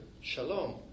shalom